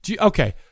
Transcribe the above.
Okay